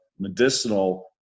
medicinal